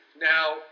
Now